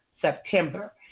September